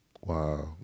Wow